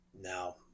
Now